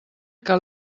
que